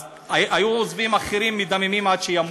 אז היו עוזבים אחרים מדממים עד שימותו.